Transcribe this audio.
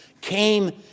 came